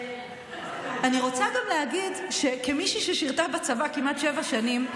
ואני רוצה גם להגיד שכמישהי ששירתה בצבא כמעט שבע שנים,